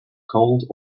cold